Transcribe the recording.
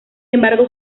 embargo